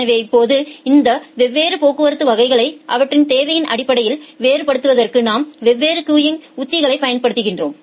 எனவே இப்போது இந்த வெவ்வேறு போக்குவரத்து வகைகளை அவற்றின் தேவையின் அடிப்படையில் வேறுபடுத்துவதற்கு நாம் வெவ்வேறு கியூங் உத்திகளைப் பயன்படுத்தினோம்